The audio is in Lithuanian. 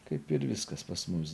kaip ir viskas pas mus